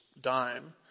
dime